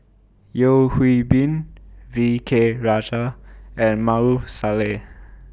Yeo Hwee Bin V K Rajah and Maarof Salleh